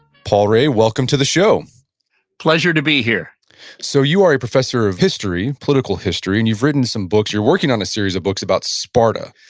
paul rahe, welcome to the show pleasure to be here so you are a professor of history, political history, and you've written some books. you're working on a series of books about sparta.